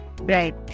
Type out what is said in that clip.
right